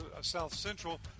south-central